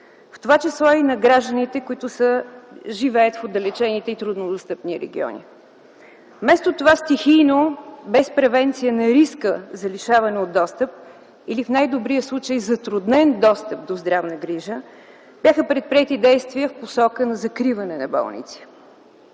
в т.ч. и на гражданите, които живеят в отдалечените и труднодостъпни райони. Вместо това стихийно, без превенция на риска за лишаване от достъп или в най-добрия случай затруднен достъп до здравна грижа, бяха предприети действия в посока на закриване на болници.